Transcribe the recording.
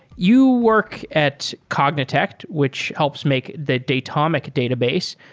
you work at cognitec, which helps make the datomic database.